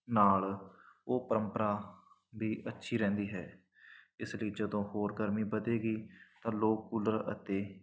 ਨਾਲ ਉਹ ਪ੍ਰੰਪਰਾ ਵੀ ਅੱਛੀ ਰਹਿੰਦੀ ਹੈ ਇਸ ਲਈ ਜਦੋਂ ਹੋਰ ਗਰਮੀ ਵਧੇਗੀ ਤਾਂ ਲੋਕ ਕੂਲਰ ਅਤੇ